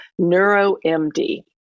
NeuroMD